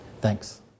Thanks